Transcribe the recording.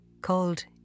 called